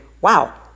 wow